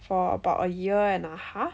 for about a year and a half